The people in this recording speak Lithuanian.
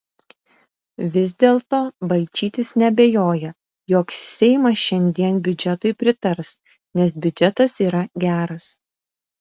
vis dėlto balčytis neabejoja jog seimas šiandien biudžetui pritars nes biudžetas yra geras